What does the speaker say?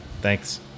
Thanks